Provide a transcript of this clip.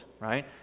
right